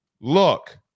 look